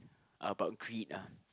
are about greed ah